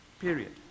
Period